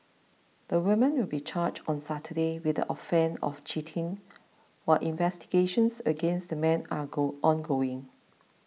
the woman will be charged on Saturday with the offence of cheating while investigations against the man are go ongoing